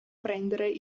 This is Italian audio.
prendere